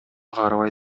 карабай